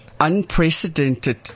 unprecedented